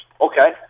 okay